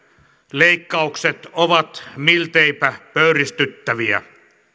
leikkaukset ovat milteipä pöyristyttäviä